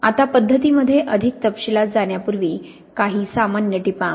आता पद्धतींमध्ये अधिक तपशीलात जाण्यापूर्वी काही सामान्य टिपा